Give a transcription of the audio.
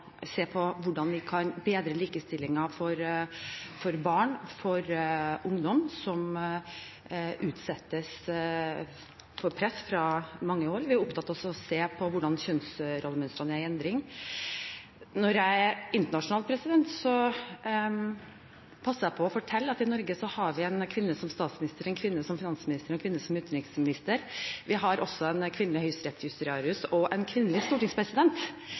på hvordan vi kan bedre likestillingen for barn og ungdom som utsettes for press fra mange hold. Vi er opptatt av å se på hvordan kjønnsrollemønstrene er i endring. Internasjonalt passer jeg på å fortelle at i Norge har vi en kvinne som statsminister, en kvinne som finansminister og en kvinne som utenriksminister, i tillegg til at vi har en kvinnelig høyesterettsjustitiarius og en kvinnelig stortingspresident.